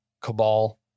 Cabal